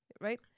right